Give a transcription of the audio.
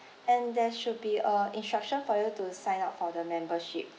and there should be uh instruction for you to sign up for the membership